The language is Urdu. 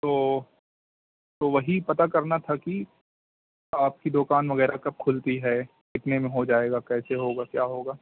تو تو وہی پتا کرنا تھا کہ آپ کی دکان وغیرہ کب کھلتی ہے کتنے میں ہو جائے گا کیسے ہوگا کیا ہوگا